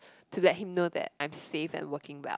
to that hinder that I am safe at working well